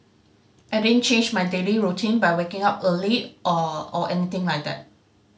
I didn't change my daily routine by waking up early or or anything like that